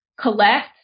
collect